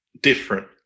different